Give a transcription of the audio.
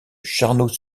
charnoz